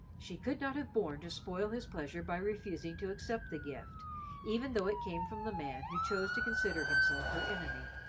she could not have borne to spoil his pleasure by refusing to accept the gift even though it came from the man who chose to consider himself her enemy.